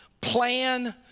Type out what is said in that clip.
plan